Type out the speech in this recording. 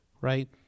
right